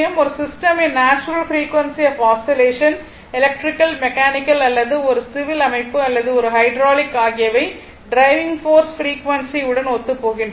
ஒரு சிஸ்டமின் natural frequency of oscillation electrical mechanical electrical mechanical அல்லது ஒரு சிவில் அமைப்பு அல்லது ஒரு ஹைட்ராலிக் ஆகியவை ட்ரைவிங் போர்ஸ் ஃப்ரீக்வன்சி உடன் ஒத்துப்போகின்றன